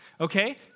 Okay